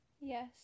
Yes